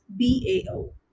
BAO